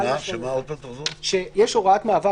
בסוף החוק יש הוראת מעבר,